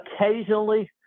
occasionally